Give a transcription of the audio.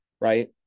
right